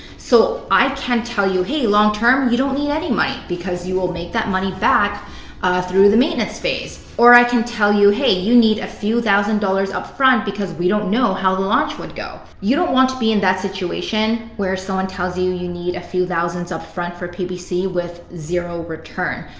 so i can tell you, hey, long term, you don't need any money because you will make that money back through the maintenance phase. or i can tell you, hey, you need a few thousand dollars upfront because we don't know how the launch would go. you don't want to be in that situation where someone tells you you need a few thousand upfront for ppc with zero return.